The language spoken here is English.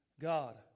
God